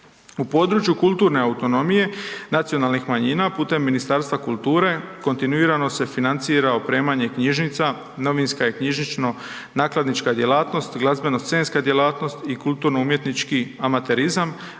U području kulturne autonomije nacionalnih manjina putem Ministarstva kulture, kontinuirane se financira opremanje knjižnica, novinska i knjižnično-nakladnička djelatnost, glazbeno-scenska djelatnost i kulturno-umjetnički amaterizam,